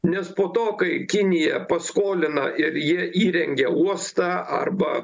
nes po to kai kinija paskolina ir jie įrengia uostą arba